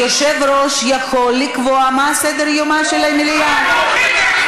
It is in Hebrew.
יושב-ראש יכול לקבוע מה סדר-יומה של המליאה.